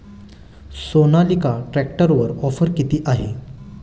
सोनालिका ट्रॅक्टरवर ऑफर किती आहे?